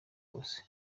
hose